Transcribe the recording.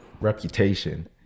reputation